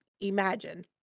imagine